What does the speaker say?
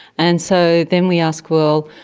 and so then we ask, well,